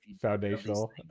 foundational